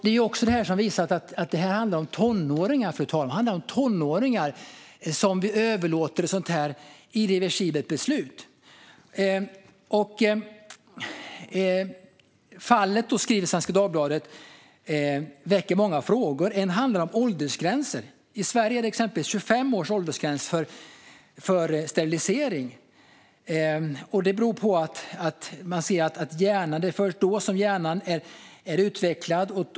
Ett sådant irreversibelt beslut överlåter vi alltså på tonåringar. Svenska Dagbladet skriver att fallet väcker många frågor. En fråga handlar om åldersgränser. I Sverige är det exempelvis en åldersgräns på 25 år för sterilisering. Det beror på att man anser att hjärnan först då är utvecklad.